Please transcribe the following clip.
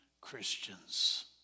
Christians